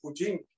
Putin